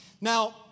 Now